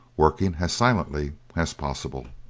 working as silently as possible.